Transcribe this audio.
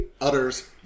utters